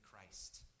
Christ